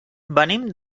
venim